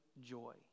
joy